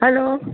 hello